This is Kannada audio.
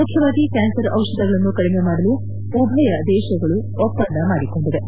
ಮುಖ್ಯವಾಗಿ ಕ್ಲಾನ್ಸರ್ ಔಷಧಗಳನ್ನು ಕಡಿಮೆ ಮಾಡಲು ಉಭಯ ದೇಶಗಳು ಒಪ್ಪಂದ ಮಾಡಿಕೊಂಡಿವೆ